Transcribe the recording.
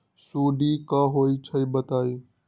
सुडी क होई छई बताई?